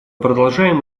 продолжаем